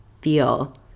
feel